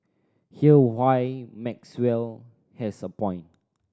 here why Maxwell has a point